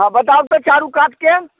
हँ बताउ तऽ चारू कातके